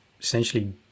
essentially